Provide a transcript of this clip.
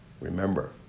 Remember